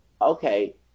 okay